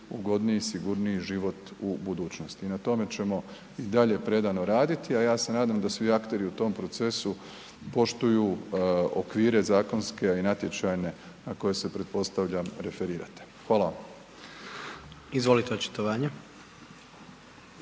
ugodniji, sigurniji život u budućnosti i na tome ćemo i dalje predano raditi, a ja se nadam da svi akteri u tom procesu poštuju okvire zakonske, a i natječajne na koje se, pretpostavljam, referirate. Hvala vam. **Jandroković,